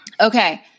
okay